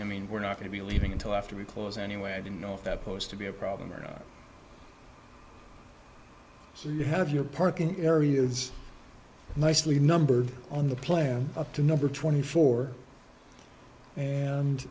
i mean we're not going to be leaving until after we close anyway i don't know if that goes to be a problem area so you have your parking areas nicely numbered on the plane up to number twenty four and